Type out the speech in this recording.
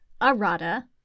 Arada